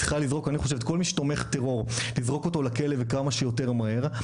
צריכה לזרוק אני חושב כל מי שתומך טרור לזרוק אותו לכלא וכמה שיותר מהר,